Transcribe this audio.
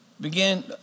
begin